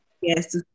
yes